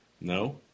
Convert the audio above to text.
No